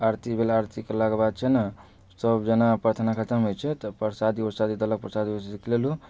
आरती भेल आरती केला के बाद छै ना सब जेना प्रथना खतम होइ छै तऽ परसादी उरसादी देलक परसादी उरसादी लेलु